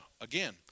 again